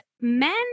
men